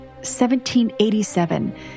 1787